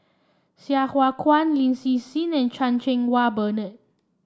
Sai Hua Kuan Lin Hsin Hsin and Chan Cheng Wah Bernard